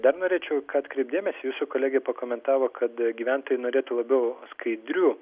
dar norėčiau į ką atkreipt dėmesį jūsų kolegė pakomentavo kad gyventojai norėtų labiau skaidrių